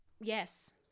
yes